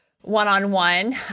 one-on-one